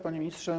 Panie Ministrze!